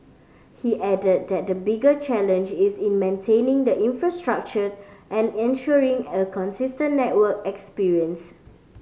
he added that the bigger challenge is in maintaining the infrastructure and ensuring a consistent network experience